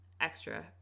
extra